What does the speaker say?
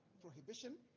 prohibition